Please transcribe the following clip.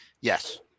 Yes